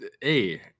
Hey